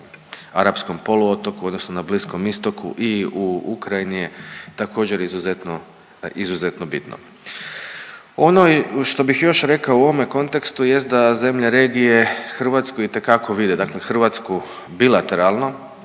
na arapskom poluotoku, odnosno na Bliskom istoku i u Ukrajini je također izuzetno bitno. Ono što bih još rekao u ovome kontekstu jest da zemlje regije Hrvatsku itekako vide, dakle Hrvatsku bilateralno